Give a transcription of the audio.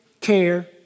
care